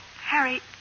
Harry